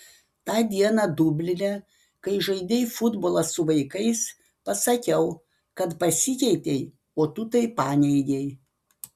tą dieną dubline kai žaidei futbolą su vaikais pasakiau kad pasikeitei o tu tai paneigei